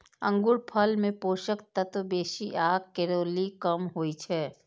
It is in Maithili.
अंगूरफल मे पोषक तत्व बेसी आ कैलोरी कम होइ छै